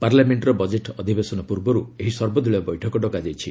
ପାର୍ଲାମେଣ୍ଟର ବଜେଟ୍ ଅଧିବେଶନ ପୂର୍ବରୁ ଏହି ସର୍ବଦଳୀୟ ବୈଠକ ଡକାଯାଇଛି